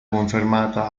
confermata